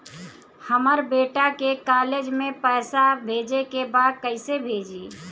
हमर बेटा के कॉलेज में पैसा भेजे के बा कइसे भेजी?